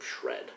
Shred